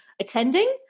attending